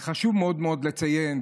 חשוב מאוד מאוד לציין,